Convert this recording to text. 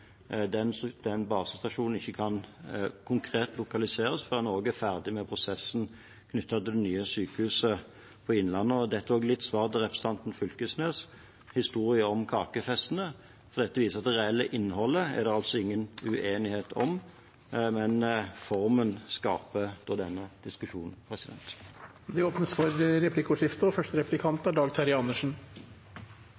den basestasjonen ikke konkret kan lokaliseres før en er ferdig med prosessen knyttet til det nye sykehuset i Innlandet. Dette er også litt et svar til representanten Fylkesnes’ historie om kakefestene. For dette viser at det reelle innholdet er det altså ingen uenighet om, men formen skaper denne diskusjonen. Det blir replikkordskifte. For det første,